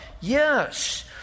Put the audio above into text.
Yes